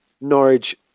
Norwich